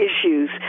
issues